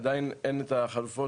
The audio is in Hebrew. אז עדיין אין את החלופות,